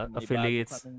Affiliates